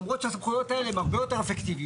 למרות שהסמכויות האלה הן הרבה יותר אפקטיביות,